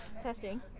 Testing